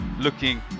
looking